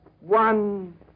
One